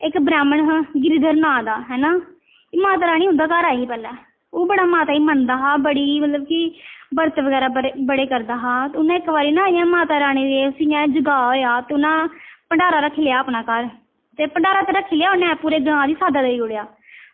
इक ब्राह्मण हा गिरीधर नांऽ दा है ना ते माता रानी उंदे घर आई ही पैह्लें ओह् बड़ा माता गी मन्नदा हा बड़ी मतलब कि बरत बगैरा बड़े करदा हा ते उन्नै इक बारी ना इ'यां माता रानी दे उसी इ'यां जगाऽ होएआ हा ते उन्नै ना भंडारा रक्खी लैआ अपने घर ते भंडारा ते रक्खी लैआ उन्नै पूरे ग्रांऽ गी साद्दा देई ओड़ेआ